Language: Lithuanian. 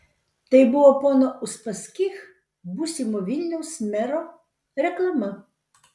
tai buvo pono uspaskich būsimo vilniaus mero reklama